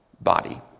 body